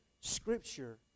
Scripture